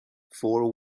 fore